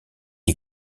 est